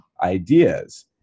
ideas